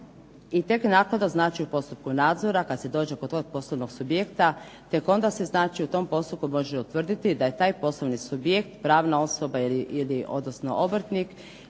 I tek naknadno znači u postupku nadzora kad se dođe kod tog poslovnog subjekta, tek onda se znači u tom postupku može utvrditi da je taj poslovni subjekt pravna osoba ili odnosno obrtnik